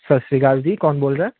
ਸਤਿ ਸ਼੍ਰੀ ਅਕਾਲ ਜੀ ਕੌਣ ਬੋਲ ਰਿਹਾ